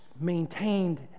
maintained